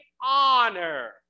honor